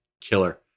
killer